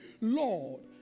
Lord